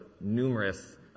numerous